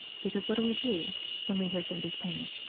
because what do we do when we hear somebody's pain?